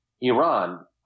Iran